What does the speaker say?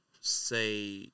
say